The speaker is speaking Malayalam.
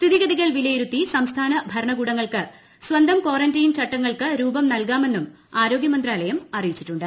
സ്ഥിതിഗതികൾ വിലയിരുത്തി സംസ്ഥാന ഭരണകൂടങ്ങൾക്ക് സ്വന്തം കാറന്റീൻ ചട്ടങ്ങൾക്ക് രൂപം നൽകാമെന്നും ആരോഗ്യ മന്ത്രാലയം അറിയിച്ചിട്ടുണ്ട്